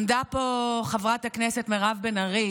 עמדה פה חברת הכנסת מירב בן ארי